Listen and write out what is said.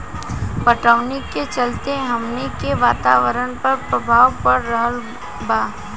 पटवनी के चलते हमनी के वातावरण पर प्रभाव पड़ रहल बा